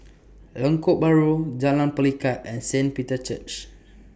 Lengkok Bahru Jalan Pelikat and Saint Peter's Church